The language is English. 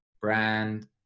brand